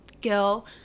Gil